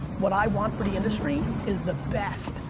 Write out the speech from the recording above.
what i want for the industry is the best,